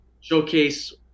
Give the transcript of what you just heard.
showcase